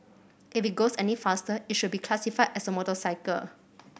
if it goes any faster it should be classified as a motorcycle